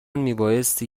میبایستی